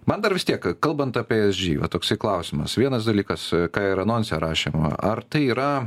man dar vis tiek kalbant apie esg va toksai klausimas vienas dalykas ką ir anonse rašėm ar tai yra